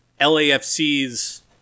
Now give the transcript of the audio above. LAFC's